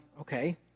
Okay